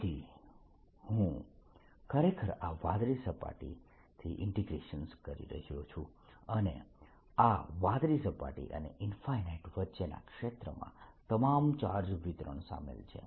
તેથી હું ખરેખર આ વાદળી સપાટીથી આ ઇન્ટીગ્રેશન કરી રહ્યો છું અને આ વાદળી સપાટી અને વચ્ચેના ક્ષેત્રમાં તમામ ચાર્જ વિતરણ શામેલ છે